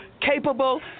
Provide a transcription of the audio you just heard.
capable